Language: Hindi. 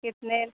कितने